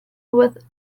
with